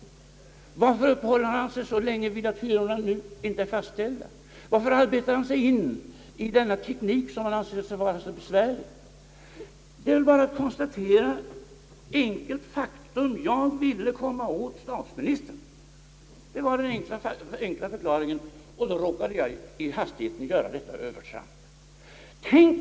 Varför uppehåller han sig så länge vid att hyrorna inte är fastställda? Varför arbetar han sig in i denna teknik, som han anser så besvärlig? Vi har bara att konstatera ett enkelt faktum: den enda förklaringen är att herr Holmberg ville komma åt statsministern och att han då i hastigheten råkade göra detta övertramp.